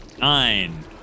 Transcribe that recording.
Nine